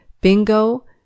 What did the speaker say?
bingo